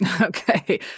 Okay